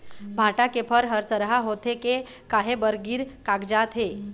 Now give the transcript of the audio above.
भांटा के फर हर सरहा होथे के काहे बर गिर कागजात हे?